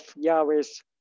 Yahweh's